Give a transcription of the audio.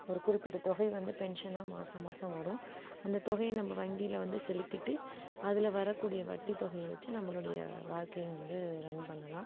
ஒரு குறிப்பிட்ட தொகையை வந்து பென்ஷனாக மாதம் மாதம் வரும் அந்த தொகையை நம்ப வங்கியில் வந்து செலுத்திட்டு அதில் வர கூடிய வட்டி தொகையை வச்சு நம்பளோடைய வாழ்க்கையை வந்து ரன் பண்ணலாம்